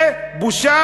זה בושה,